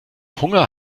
hunger